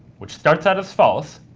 which starts out as false,